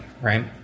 right